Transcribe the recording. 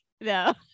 No